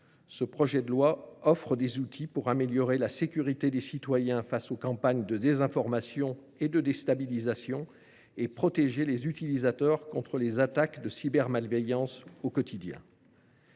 Ce texte offre des outils pour améliorer la sécurité des citoyens face aux campagnes de désinformation et de déstabilisation et protéger les utilisateurs contre les attaques de cybermalveillance au quotidien.